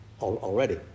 already